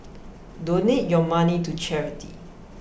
donate your money to charity